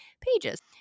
Pages